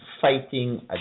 fighting